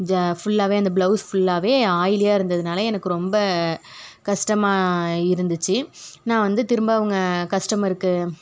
ஜா ஃபுல்லாகவே அந்த ப்ளவுஸ் ஃபுல்லாகவே ஆயிலியா இருந்ததினால எனக்கு ரொம்ப கஸ்ட்டமாக இருந்துச்சு நான் வந்து திரும்ப அவங்க கஸ்ட்டமருக்கு